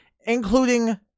including